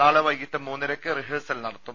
നാളെ വൈകീട്ട് മൂന്നരക്ക് റിഹേഴ്സൽ നടത്തും